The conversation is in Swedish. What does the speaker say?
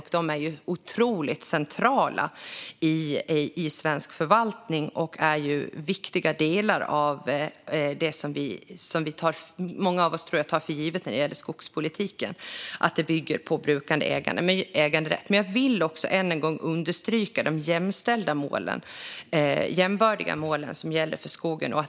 De rättigheterna är otroligt centrala i svensk förvaltning och är viktiga delar i det som många av oss tar för givet i skogspolitiken. Men jag vill än en gång understryka de jämbördiga målen för skogen.